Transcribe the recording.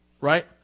right